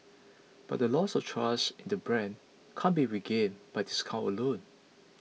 but the loss of trust in the brand can't be regained by discounts alone